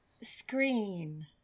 Screen